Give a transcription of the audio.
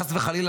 חס וחלילה,